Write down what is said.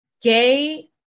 gay